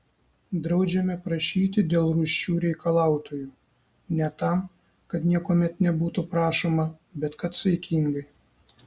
draudžiame prašyti dėl rūsčių reikalautojų ne tam kad niekuomet nebūtų prašoma bet kad saikingai